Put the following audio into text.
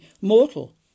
Mortal